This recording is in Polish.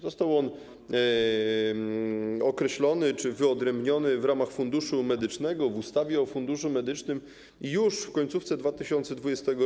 Został on określony czy wyodrębniony w ramach Funduszu Medycznego, w ustawie o Funduszu Medycznym już w końcówce 2020 r.